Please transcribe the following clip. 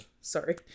Sorry